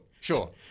Sure